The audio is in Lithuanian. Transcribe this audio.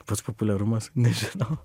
pats populiarumas nežinau